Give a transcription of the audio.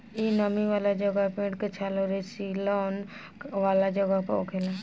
इ नमी वाला जगह, पेड़ के छाल अउरी सीलन वाला जगह पर होखेला